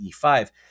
E5